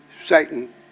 Satan